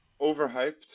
overhyped